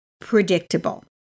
predictable